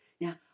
Now